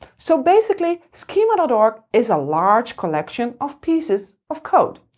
so basically, schema dot org is a large collection of pieces of code.